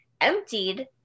emptied